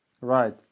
Right